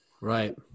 Right